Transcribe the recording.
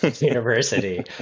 university